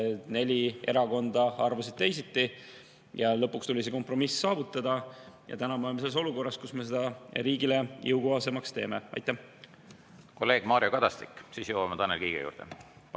Neli erakonda arvas teisiti. Lõpuks tuli kompromiss saavutada. Ja täna me oleme selles olukorras, kus me seda riigile jõukohasemaks teeme. Kolleeg Mario Kadastik, siis jõuame Tanel Kiige juurde.